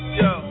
yo